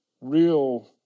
real